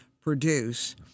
produce